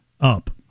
Up